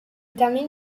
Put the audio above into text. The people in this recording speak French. termine